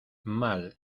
mal